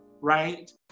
right